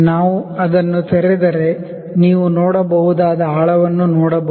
ನಾವು ಅದನ್ನು ತೆರೆದರೆ ನೀವು ನೋಡಬಹುದಾದ ಆಳವನ್ನೂ ನೋಡಬಹುದು